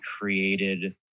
created